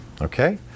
Okay